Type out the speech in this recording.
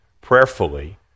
prayerfully